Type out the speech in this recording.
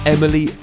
Emily